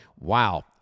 Wow